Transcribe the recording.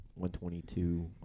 122